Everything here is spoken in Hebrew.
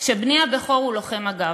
שבני הבכור הוא לוחם מג"ב.